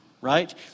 right